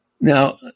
Now